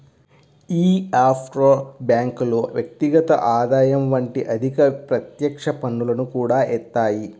యీ ఆఫ్షోర్ బ్యేంకులు వ్యక్తిగత ఆదాయం వంటి అధిక ప్రత్యక్ష పన్నులను కూడా యేత్తాయి